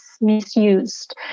misused